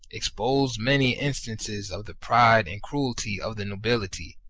exposed many instances of the pride and cruelty of the nobility,